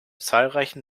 zahlreichen